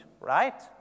right